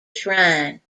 shrine